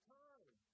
time